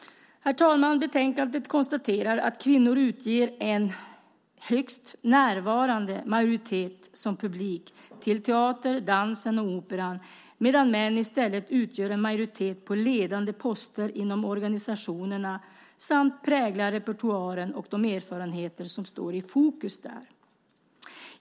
Herr talman! I betänkandet konstateras det att kvinnor utgör en högst närvarande majoritet som publik till teatern, dansen och operan medan män i stället utgör en majoritet på ledande poster inom organisationerna samt präglar repertoaren och de erfarenheter som står i fokus där.